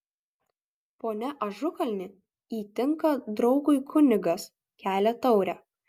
pone ažukalni įtinka draugui kunigas kelia taurę